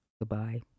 Goodbye